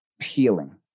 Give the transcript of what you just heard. healing